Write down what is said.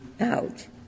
out